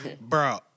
Bro